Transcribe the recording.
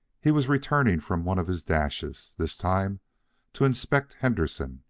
he was returning from one of his dashes, this time to inspect henderson,